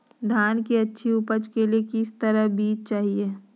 धान की अधिक उपज के लिए किस तरह बीज चाहिए?